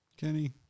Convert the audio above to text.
Kenny